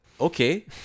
Okay